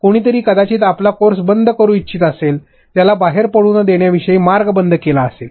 कोणीतरी कदाचित आपला कोर्स बंद करू इच्छित असेल त्याला बाहेर पडू न देण्याविषयी मार्ग बंद केला असेल